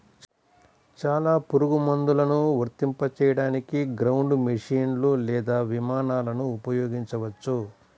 చాలా పురుగుమందులను వర్తింపజేయడానికి గ్రౌండ్ మెషీన్లు లేదా విమానాలను ఉపయోగించవచ్చు